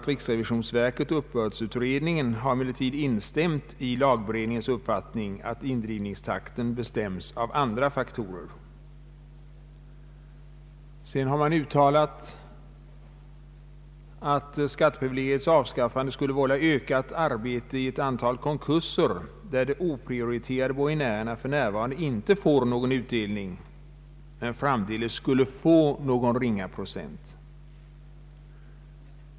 Riksrevisionsverket och uppbördsutredningen har emellertid instämt i lagberedningens uppfattning att indrivningstakten bestäms av andra faktorer. I ett annat remissyttrande har uttalats att skatteprivilegiets avskaffande «skulle vålla ökat arbete i ett antal konkurser där de oprioriterade borgenärerna för närvarande inte får någon utdelning men framdeles skulle få någon ringa procent.